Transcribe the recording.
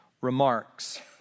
remarks